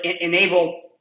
enable